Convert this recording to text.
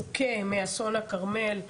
מוכה מאסון הכרמל,